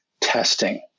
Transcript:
testing